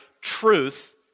truth